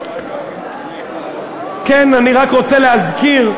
אני רק רוצה להזכיר,